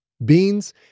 Beans